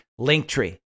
Linktree